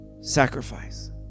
sacrifice